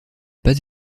pas